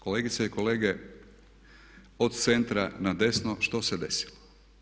Kolegice i kolege od centra na desno što se desilo?